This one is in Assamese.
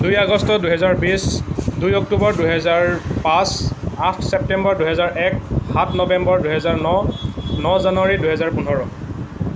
দুই আগষ্ট দুহেজাৰ বিশ দুই অক্টোবৰ দুহেজাৰ পাঁচ আঠ ছেপ্টেম্বৰ দুহেজাৰ এক সাত নৱেম্বৰ দুহেজাৰ ন ন জানুৱাৰী দুহেজাৰ পোন্ধৰ